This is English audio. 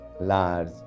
large